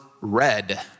red